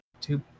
two